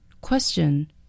Question